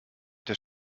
der